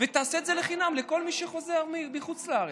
ותעשה את זה בחינם לכל מי שחוזר מחוץ לארץ.